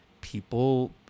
people